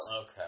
Okay